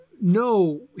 no